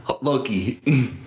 Loki